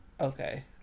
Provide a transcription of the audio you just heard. okay